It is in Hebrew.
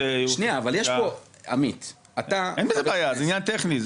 אין עם זה בעיה, זה עניין טכני.